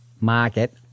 Market